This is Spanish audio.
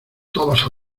todos